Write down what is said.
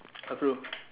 அப்புறம்:appuram